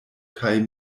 kaj